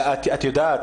אבל את יודעת,